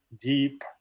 deep